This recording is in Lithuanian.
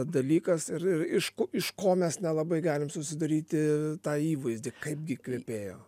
dalykas ir ir iš k iš ko mes nelabai galim susidaryti tą įvaizdį kaip gi kvepėjo